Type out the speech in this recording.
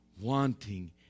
wanting